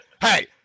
hey